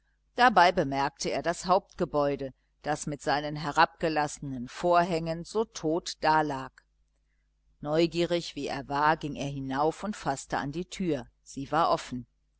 dabei bemerkte er das hauptgebäude das mit seinen herabgelassenen vorhängen so tot dalag neugierig wie er war ging er hinauf und faßte an die tür sie war offen